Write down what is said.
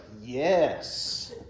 yes